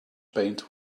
paint